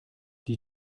die